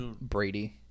Brady